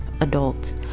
adults